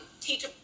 teach